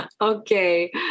Okay